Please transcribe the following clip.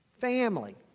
Family